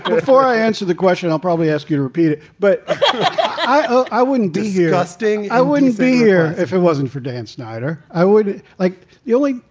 ah before i answer the question, i'll probably ask you to repeat it, but i i wouldn't be here hosting. i wouldn't be here if it wasn't for dan snyder. i would like the only.